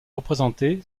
représentée